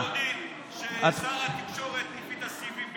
אנחנו יודעים ששר התקשורת הביא את הסיבים.